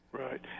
Right